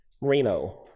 Reno